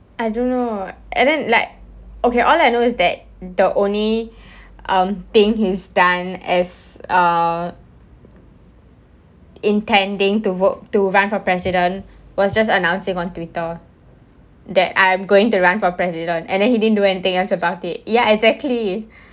I don't know and then like okay all I know is that the only thing um he's done as uh intending to work to run for president was just announcing on Twitter that I'm going to run for president and then he didn't do anything about it ya exactly